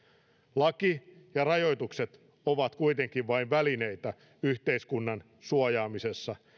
laki ja rajoitukset ovat kuitenkin vain välineitä yhteiskunnan suojaamisessa